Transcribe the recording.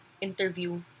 interview